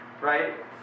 right